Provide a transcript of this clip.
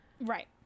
Right